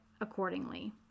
accordingly